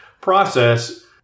process